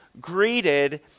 greeted